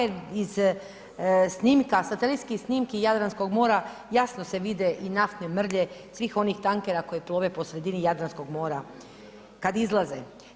Jer iz snimka, satelitskih snimki Jadranskog mora jasno se vide i naftne mrlje svih onih tankera koji plove po sredini Jadranskog mora kada izlaze.